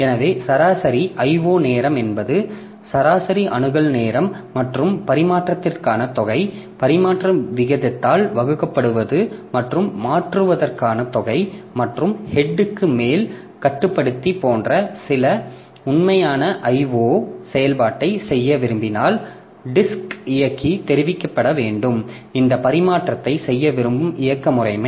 எனவே சராசரி I O நேரம் என்பது சராசரி அணுகல் நேரம் மற்றும் பரிமாற்றத்திற்கான தொகை பரிமாற்ற வீதத்தால் வகுக்கப்படுவது மற்றும் மாற்றுவதற்கான தொகை மற்றும் ஹெட்க்கு மேல் கட்டுப்படுத்தி போன்ற சில உண்மையான I O செயல்பாட்டை செய்ய விரும்பினால் டிஸ்க் இயக்கி தெரிவிக்கப்பட வேண்டும் இந்த பரிமாற்றத்தை செய்ய விரும்பும் இயக்க முறைமை